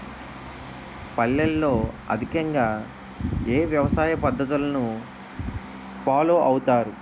పల్లెల్లో అధికంగా ఏ వ్యవసాయ పద్ధతులను ఫాలో అవతారు?